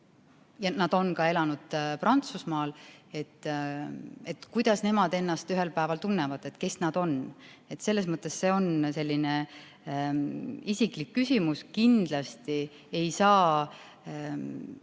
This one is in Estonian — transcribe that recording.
nad on elanud ka Prantsusmaal. Kuidas nemad ennast ühel päeval tunnevad, kes nad on? Selles mõttes on see selline isiklik küsimus. Kindlasti ei saa